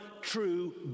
true